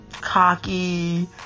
cocky